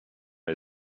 les